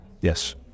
Yes